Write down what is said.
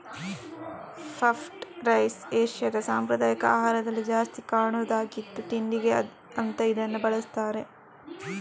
puffed rice ಏಷ್ಯಾದ ಸಾಂಪ್ರದಾಯಿಕ ಆಹಾರದಲ್ಲಿ ಜಾಸ್ತಿ ಕಾಣುದಾಗಿದ್ದು ತಿಂಡಿಗೆ ಅಂತ ಇದನ್ನ ಬಳಸ್ತಾರೆ